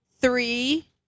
three